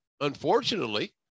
Unfortunately